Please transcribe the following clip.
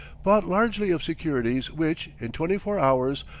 bought largely of securities which, in twenty-four hours,